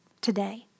today